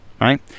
right